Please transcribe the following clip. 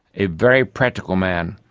a very practical man,